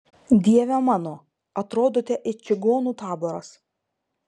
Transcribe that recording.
dieve mano atrodote it čigonų taboras